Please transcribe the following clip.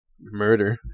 murder